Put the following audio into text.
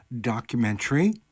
documentary